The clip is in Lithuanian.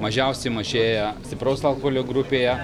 mažiausiai mažėja stipraus alkoholio grupėje